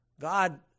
God